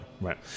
Right